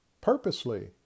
purposely